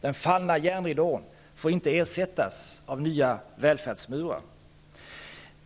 Den fallna järnridån får inte ersättas av nya välfärdsmurar.